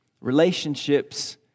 Relationships